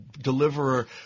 deliverer